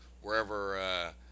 wherever